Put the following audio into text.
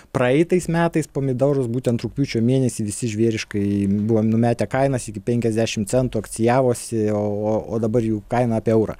praeitais metais pomidorus būtent rugpjūčio mėnesį visi žvėriškai buvom numetę kainas iki penkiasdešim centų akcijavosi o o o dabar jų kaina apie eurą